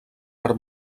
per